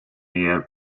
near